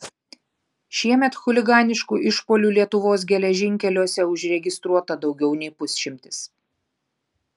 šiemet chuliganiškų išpuolių lietuvos geležinkeliuose užregistruota daugiau nei pusšimtis